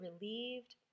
relieved